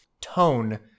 tone